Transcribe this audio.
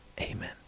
Amen